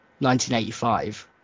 1985